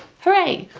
hooray!